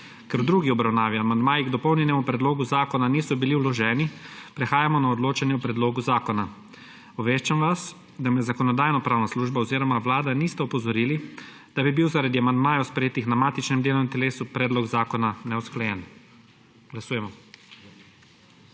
Ker v drugi obravnavi amandmaji k dopolnjenemu predlogu zakona niso bili vloženi, prehajamo na odločanje o predlogu zakona. Obveščam vas, da me Zakonodajno-pravna služba oziroma Vlada nista opozorili, da bi bil zaradi amandmajev, sprejetih na matičnem delovnem telesu, predlog zakona neusklajen. Glasujemo.